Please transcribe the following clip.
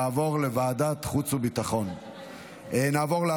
לוועדת החוץ והביטחון נתקבלה.